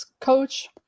coach